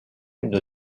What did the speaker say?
une